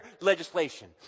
legislation